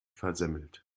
versemmelt